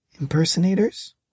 Impersonators